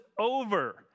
over